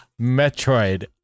Metroid